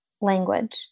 language